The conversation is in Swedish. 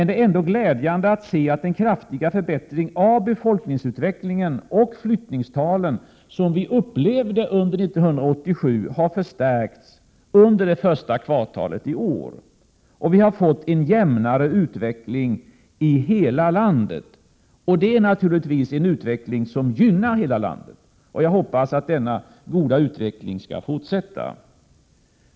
Det är ändå glädjande att se att den kraftiga förbättringen av befolkningsutvecklingen och flyttningstalen som vi upplevde under 1987 har förstärkts under första kvartalet i år och att vi fått en jämnare utveckling i hela landet. Denna utveckling gynnar hela landet, och jag hoppas att denna goda utveckling skall fortsätta.